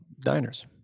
Diners